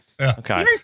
Okay